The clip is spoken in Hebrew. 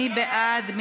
מי בעד?